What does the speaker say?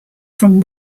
from